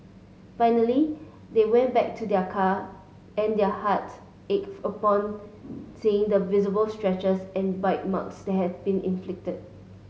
finally they went back to their car and their hearts ached upon seeing the visible scratches and bite marks that had been inflicted